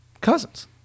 Cousins